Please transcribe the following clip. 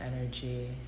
energy